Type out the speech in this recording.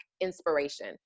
Inspiration